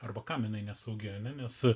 arba kam jinai nesaugi ane nes